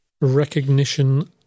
recognition